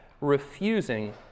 refusing